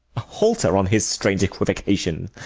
a halter on his strange equivocation!